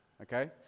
okay